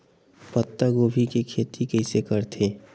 पत्तागोभी के खेती कइसे करथे?